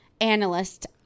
analyst